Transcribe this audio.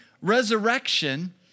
resurrection